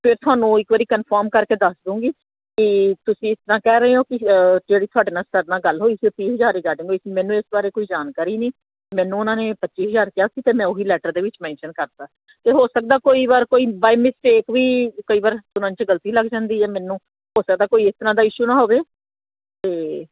ਅਤੇ ਤੁਹਾਨੂੰ ਇੱਕ ਵਾਰੀ ਕਨਫਰਮ ਕਰਕੇ ਦੱਸ ਦਊਗੀ ਕਿ ਤੁਸੀਂ ਇਸ ਤਰ੍ਹਾਂ ਕਹਿ ਰਹੇ ਹੋ ਕਿ ਜਿਹੜੀ ਤੁਹਾਡੇ ਨਾਲ ਸਰ ਨਾਲ ਗੱਲ ਹੋਈ ਸੀ ਉਹ ਤੀਹ ਹਜ਼ਾਰ ਰਿਗਾਰਡਿੰਗ ਹੋਈ ਸੀ ਮੈਨੂੰ ਇਸ ਬਾਰੇ ਕੋਈ ਜਾਣਕਾਰੀ ਨਹੀਂ ਮੈਨੂੰ ਉਹਨਾਂ ਨੇ ਪੱਚੀ ਹਜ਼ਾਰ ਕਿਹਾ ਸੀ ਅਤੇ ਮੈਂ ਉਹੀ ਲੈਟਰ ਦੇ ਵਿੱਚ ਮੈਨਸ਼ਨ ਕਰਤਾ ਅਤੇ ਹੋ ਸਕਦਾ ਕਈ ਵਾਰ ਕੋਈ ਬਾਏ ਮਿਸਟੇਕ ਵੀ ਕਈ ਵਾਰ ਸੁਣਨ 'ਚ ਗਲਤੀ ਲੱਗ ਜਾਂਦੀ ਹੈ ਮੈਨੂੰ ਹੋ ਸਕਦਾ ਕੋਈ ਇਸ ਤਰ੍ਹਾਂ ਦਾ ਇਸ਼ੂ ਨਾ ਹੋਵੇ ਅਤੇ